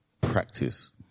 Practice